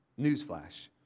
newsflash